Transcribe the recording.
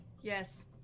Yes